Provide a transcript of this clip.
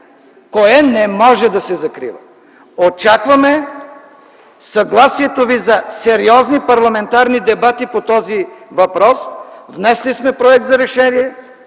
кое не може да се закрие. Очакваме съгласието Ви за сериозни парламентарни дебати по този въпрос. Внесли сме проект за решение.